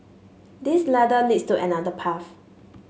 this ladder leads to another path